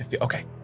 Okay